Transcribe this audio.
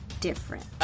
different